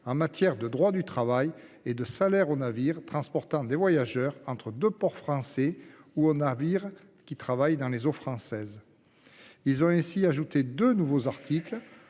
en matière de droit du travail et de salaire aux navires transportant des voyageurs entre deux ports français et aux navires qui travaillent dans les eaux françaises. Ils ont ainsi ajouté deux articles